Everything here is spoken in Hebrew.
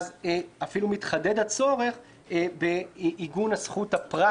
אפילו מתחדד הצורך בעיגון זכות הפרט.